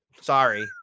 Sorry